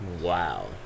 Wow